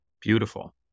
Beautiful